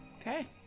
Okay